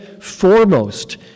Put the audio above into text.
foremost